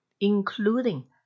including